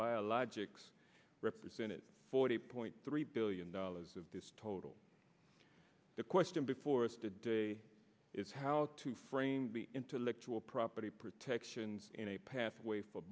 biologics represented forty point three billion dollars of this total the question before us today is how to frame the intellectual property protections in a pathway for